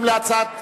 התש"ע 2010,